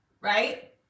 right